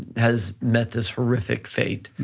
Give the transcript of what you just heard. has met this horrific fate.